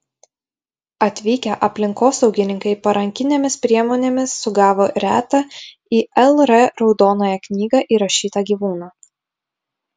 atvykę aplinkosaugininkai parankinėmis priemonėmis sugavo retą į lr raudonąją knygą įrašytą gyvūną